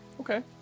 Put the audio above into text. Okay